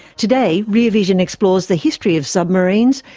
today rear vision explores the history of submarines,